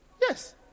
Yes